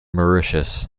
mauritius